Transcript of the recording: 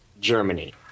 Germany